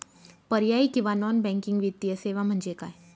पर्यायी किंवा non banking वित्तीय सेवा म्हणजे काय?